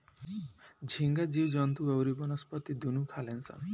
झींगा जीव जंतु अउरी वनस्पति दुनू खाले सन